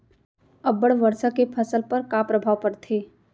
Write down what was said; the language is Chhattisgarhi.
अब्बड़ वर्षा के फसल पर का प्रभाव परथे?